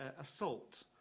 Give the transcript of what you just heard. assault